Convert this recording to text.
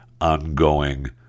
ongoing